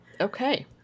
Okay